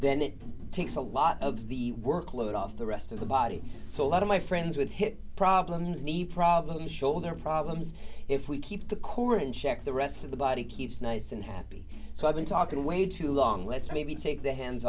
then it takes a lot of the workload off the rest of the body so a lot of my friends with hip problems knee problems shoulder problems if we keep the core in check the rest of the body keeps nice and happy so i've been talking way too long let's maybe take the hands